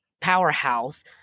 powerhouse